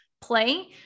play